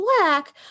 black